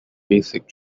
basic